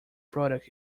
product